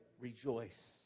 rejoice